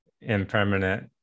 impermanent